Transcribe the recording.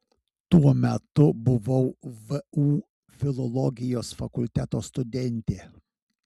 tuo metu buvau vu filologijos fakulteto studentė